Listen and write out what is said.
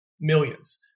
millions